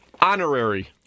Honorary